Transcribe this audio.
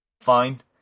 fine